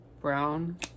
brown